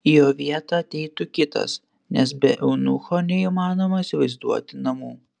į jo vietą ateitų kitas nes be eunucho neįmanoma įsivaizduoti namų